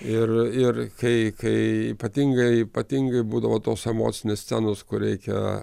ir ir kai kai ypatingai ypatingai būdavo tos emocinės scenos kur reikia